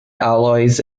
alloys